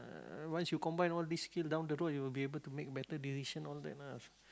uh once you combine all these skill down the road you will be able to make better decision all that lah